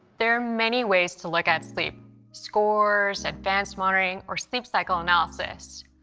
there are many ways to look at sleep scores, advanced monitoring, or sleep cycle analysis.